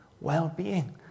well-being